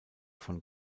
von